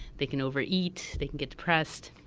they can overeat, they can get depressed.